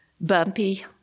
bumpy